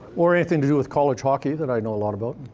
or anything to do with college hockey, that i know a lot about?